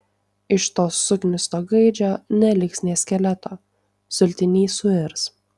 iš to suknisto gaidžio neliks nė skeleto sultiny suirs